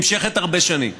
נמשכת הרבה שנים,